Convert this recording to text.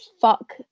fuck